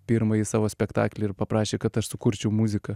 pirmąjį savo spektaklį ir paprašė kad aš sukurčiau muziką